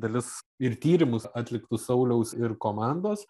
dalis ir tyrimus atliktus sauliaus ir komandos